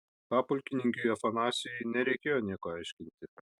papulkininkiui afanasijui nereikėjo nieko aiškinti